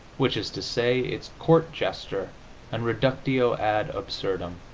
which is to say, its court jester and reductio ad absurdum.